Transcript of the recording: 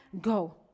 go